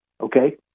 Okay